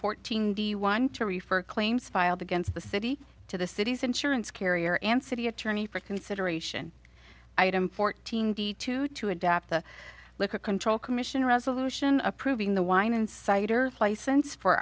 fourteen the one to refer claims filed against the city to the city's insurance carrier and city attorney for consideration item fourteen d two to adapt the liquor control commission resolution approving the wine inciter license for